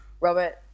Robert